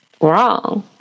wrong